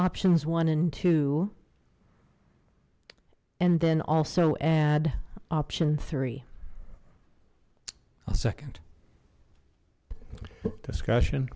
options one and two and then also add option three a second discussion